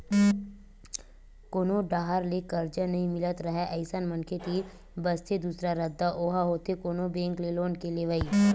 कोनो डाहर ले करजा नइ मिलत राहय अइसन मनखे तीर बचथे दूसरा रद्दा ओहा होथे कोनो बेंक ले लोन के लेवई